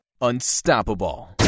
Unstoppable